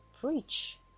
Preach